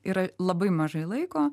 yra labai mažai laiko